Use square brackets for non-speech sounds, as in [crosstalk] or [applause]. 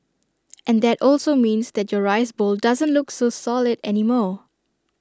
[noise] and that also means that your rice bowl doesn't look so solid anymore